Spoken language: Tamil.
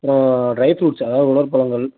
அப்புறோம் ட்ரை ஃப்ரூட்ஸு அதாவது உலர் பழங்கள்